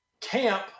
camp